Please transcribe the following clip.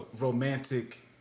romantic